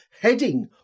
heading